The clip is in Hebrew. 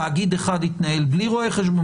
תאגיד אחד יתנהל בלי רואה חשבון,